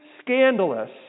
scandalous